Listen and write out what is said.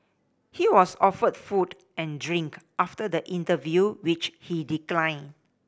he was offered food and drink after the interview which he declined